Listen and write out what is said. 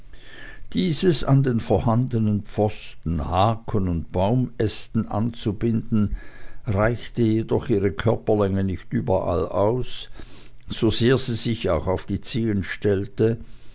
dieses an den vorhandenen pfosten haken und baumästen anzubinden reichte jedoch ihre körperlänge nicht überall aus sosehr sie sich auch auf die zehen stellte